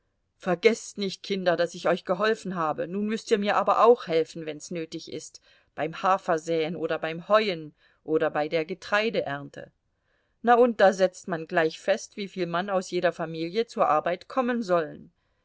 vergeßt nicht kinder daß ich euch geholfen habe nun müßt ihr mir aber auch helfen wenn's nötig ist beim hafersäen oder beim heuen oder bei der getreideernte na und da setzt man gleich fest wieviel mann aus jeder familie zur arbeit kommen sollen